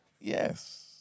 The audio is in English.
Yes